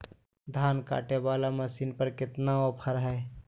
धान कटे बाला मसीन पर कितना ऑफर हाय?